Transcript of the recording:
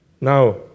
Now